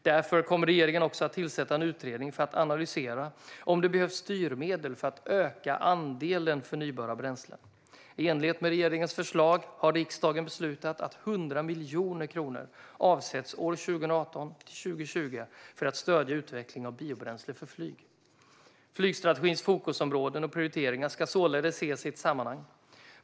Därför kommer regeringen att tillsätta en utredning för att analysera om det behövs styrmedel för att öka andelen förnybara bränslen. I enlighet med regeringens förslag har riksdagen beslutat att 100 miljoner kronor avsätts åren 2018-2020 för att stödja utveckling av biobränsle för flyg. Flygstrategins fokusområden och prioriteringar ska således ses i ett sammanhang.